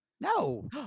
No